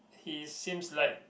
he seems like